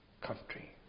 country